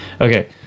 Okay